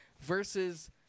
versus